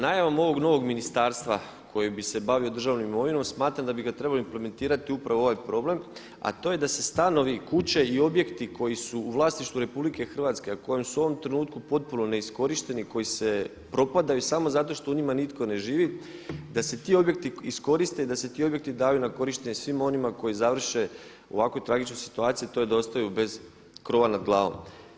Najavom ovog novog ministarstva koji bi se bavio državnom imovinom smatram da bi ga trebao implementirati upravo ovaj problem a to je da se stanovi, kuće i objekti koji su u vlasništvu RH a koji su u ovom trenutku potpuno neiskorišteni, koji propadaju samo zato što u njima nitko ne živi, da se ti objekti iskoriste i da se ti objekti daju na korištenje svim onima koji završe u ovakvoj tragičnoj situaciji a to je da ostaju bez krova nad glavom.